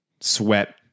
sweat